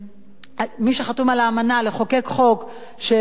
מי שחתום על האמנה לחוקק חוק של,